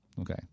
Okay